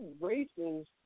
races